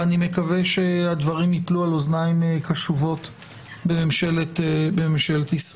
ואני מקווה שהדברים ייפלו על אוזניים קשובות בממשלת ישראל.